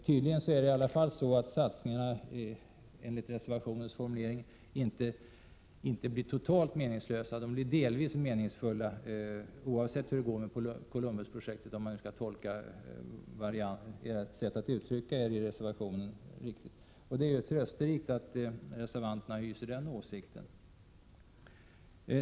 Tydligen är satsningarna enligt reservationens formulering i alla fall inte totalt meningslösa, utan de blir delvis meningsfulla oavsett hur det går med Columbusprojektet — om man nu skall tolka ert sätt att uttrycka er i reservationen riktigt. Det är trösterikt att reservanterna hyser den åsikten.